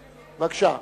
בבקשה.